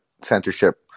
censorship